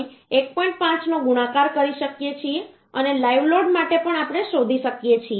5નો ગુણાકાર કરી શકીએ છીએ અને લાઇવ લોડ માટે પણ આપણે શોધી શકીએ છીએ કે આપણે 1